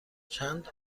چند